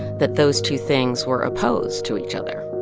that those two things were opposed to each other